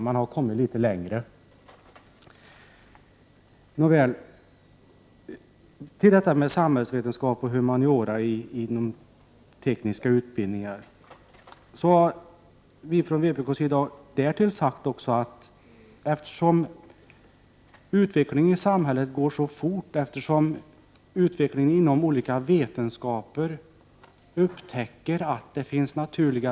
Man har nu kommit litet längre. Utvecklingen i samhället går fort, och man har upptäckt att olika vetenskaper har beröringspunkter med varandra som det är nödvändigt att ta hänsyn till.